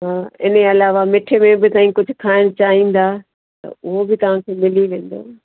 हा हिन अलावा मिठे में बि अथेई कुझु खाइण चाहींदा त उहो बि तव्हांखे मिली वेंदो